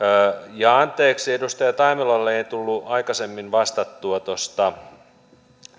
ja anteeksi edustaja taimelalle ei tullut aikaisemmin vastattua tuosta